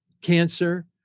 cancer